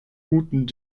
guten